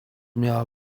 miała